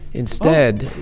instead,